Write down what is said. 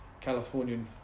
Californian